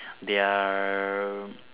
their